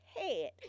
head